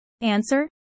Answer